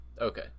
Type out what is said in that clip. Okay